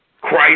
Christ